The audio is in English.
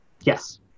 Yes